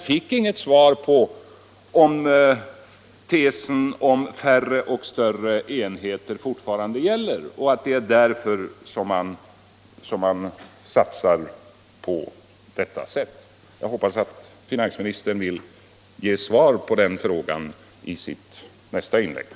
Jag fick inget svar på frågan om tesen om färre och större enheter fortfarande gäller och om det är den som är anledningen till att man satsar på detta sätt.